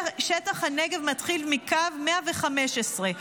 שטח הנגב מתחיל מקו 115,